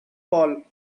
paul